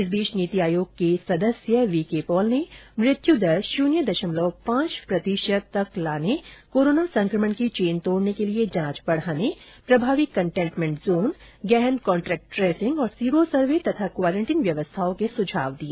इस बीच नीति आयोग के सदस्य वी के कॉल ने मृत्यु दर शून्य दशमलव पांच प्रतिशत तक लाने कोरोना संकमण की चेन तोड़ने के लिए जांच बढ़ाने प्रभावी कंटेनमेंट जोन गहन कॉन्ट्रेक्ट ट्रेसिंग और सीरो सर्वे तथा क्वारेंटीन व्यवस्थाओं पर सुझाव भी दिए